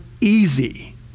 easy